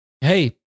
hey